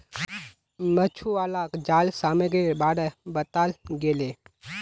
मछुवालाक जाल सामग्रीर बारे बताल गेले